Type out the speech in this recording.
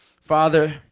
Father